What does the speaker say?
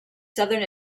southern